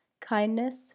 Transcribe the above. kindness